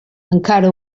encara